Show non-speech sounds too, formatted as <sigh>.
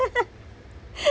<laughs>